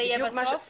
זה יהיה בסוף.